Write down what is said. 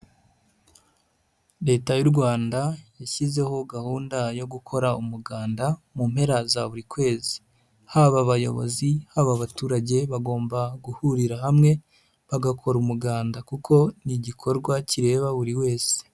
Leta y'u Rwanda yashyizeho gahunda yo gukora umuganda mu mpera za buri kwezi, haba abayobozi, haba baturage, bagomba guhurira hamwe bagakora umuganda kuko ni igikorwa kireba buri wese.